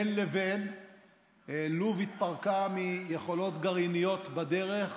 בין לבין לוב התפרקה מיכולות גרעיניות בדרך,